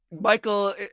Michael